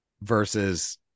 versus